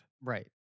Right